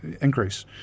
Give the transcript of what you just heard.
increase